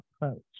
approach